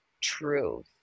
truth